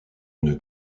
une